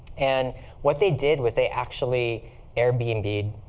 and what they did was, they actually airbnb-ed